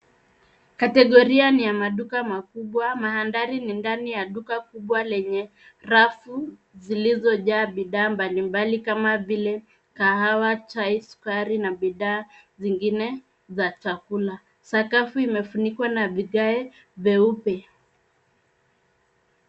Kategoria ni ya maduka makubwa, Mandhari ni ya duka kubwa lenye rafu zilizojaa bidhaa mbalimbali kama vile kahawa, chai, sukari na bidhaa zingine za chakula. Sakafu imefunikwa na vigae vyeupe.